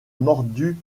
mordu